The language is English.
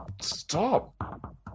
Stop